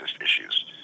issues